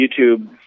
YouTube